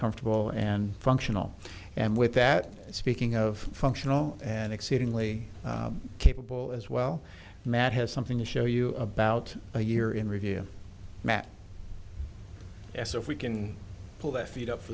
comfortable and functional and with that speaking of functional and exceedingly capable as well matt has something to show you about a year in review matt s if we can pull that feed up for